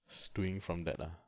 stewing from that lah